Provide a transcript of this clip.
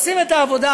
עושים את העבודה.